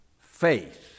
faith